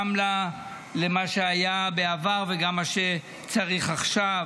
גם למה שהיה בעבר וגם למה שצריך עכשיו,